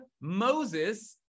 Moses